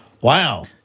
Wow